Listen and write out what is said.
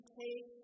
take